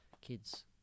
kids